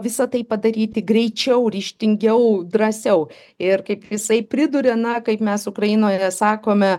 visą tai padaryti greičiau ryžtingiau drąsiau ir kaip jisai priduria na kaip mes ukrainoje sakome